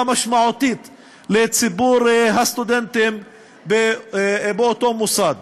משמעותית לציבור הסטודנטים באותו מוסד.